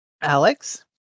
Alex